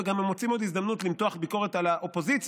וגם הם מוצאים עוד הזדמנות למתוח ביקורת על האופוזיציה,